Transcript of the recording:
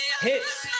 Hits